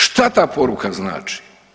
Šta ta poruka znači?